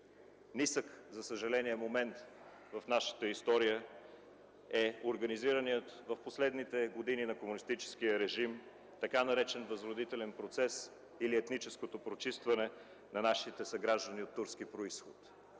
Нисък, за съжаление, момент в нашата история е организираният в последните години на комунистическия режим така наречен Възродителен процес или етническото прочистване на нашите съграждани от турски произход.